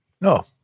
No